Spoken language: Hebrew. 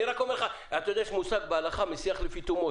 אני רק אומר לך יש מושג בהלכה: "משיח לפי תומו".